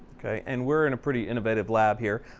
okay, and we're in a pretty innovative lab here.